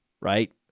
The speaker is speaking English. right